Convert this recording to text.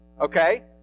okay